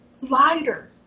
lighter